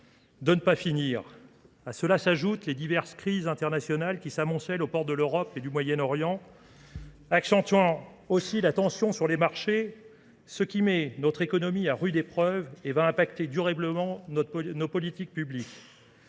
de ne pas finir. A cela s'ajoutent les diverses crises internationales qui s'amoncèlent au port de l'Europe et du Moyen-Orient, accentuant aussi la tension sur les marchés ce qui met notre économie à rude épreuve et va impacter durablement nos politiques publiques.